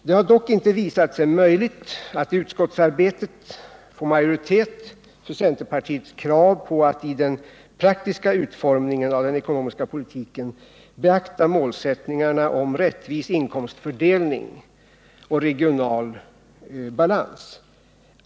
Det har dock inte visat sig möjligt att i utskottsarbetet vinna majoritet för centerpartiets krav på att i den praktiska utformningen av den ekonomiska politiken beakta målsättningarna om rättvis inkomstfördelning och regional balans.